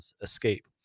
escape